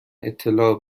اطلاع